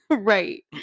Right